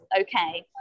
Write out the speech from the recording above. okay